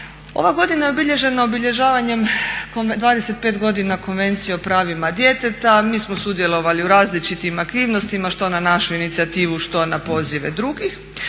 Ova godina je obilježena obilježavanjem 25 godina Konvencije o pravima djeteta. Mi smo sudjelovali u različitim aktivnostima što na našu inicijativu, što na pozive drugih.